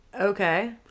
Okay